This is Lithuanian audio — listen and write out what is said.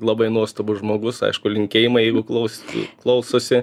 labai nuostabus žmogus aišku linkėjimai jeigu klaus klausosi